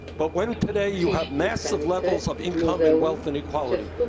but when today you have massive levels of income and wealth inequality,